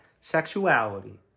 sexuality